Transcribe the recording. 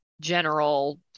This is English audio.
general